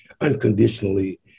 unconditionally